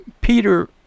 Peter